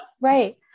Right